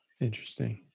Interesting